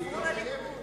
אין מפלגה כזאת.